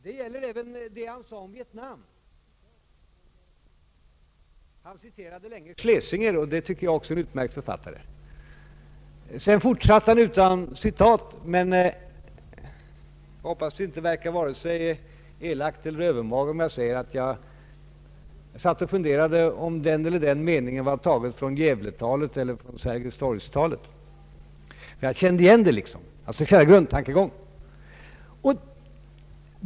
Det gäller även vad han sade om Vietnam. Han citerade länge Schlesinger, som jag också tycker är en utmärkt författare. Sedan fortsatte han, utan citat, och jag hoppas att det verkar varken elakt eller övermaga om jag säger att jag funderade över om vissa meningar var tagna från Gävletalet eller från Sergels torg-talet. Jag kände liksom igen själva grundtankegången.